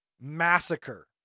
massacre